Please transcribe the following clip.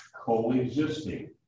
coexisting